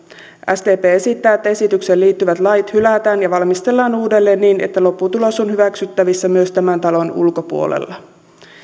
sdp esittää että esitykseen liittyvät lait hylätään ja valmistellaan uudelleen niin että lopputulos on hyväksyttävissä myös tämän talon ulkopuolella